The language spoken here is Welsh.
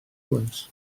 hwnt